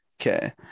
Okay